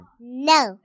No